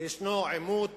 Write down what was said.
יש עימות